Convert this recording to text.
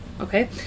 okay